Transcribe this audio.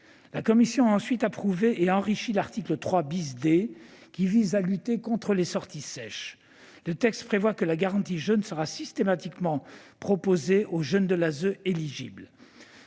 La commission a ensuite approuvé et enrichi l'article 3 D, qui prévoit des mesures de lutte contre les sorties sèches. Le texte prévoit que la garantie jeunes sera systématiquement proposée aux jeunes de l'ASE éligibles.